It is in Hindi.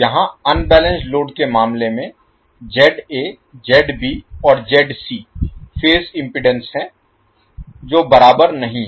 यहां अनबैलेंस्ड लोड के मामले में और फेज इम्पीडेन्स हैं जो बराबर नहीं हैं